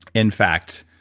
in fact,